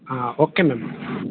हाँ ओकर मैम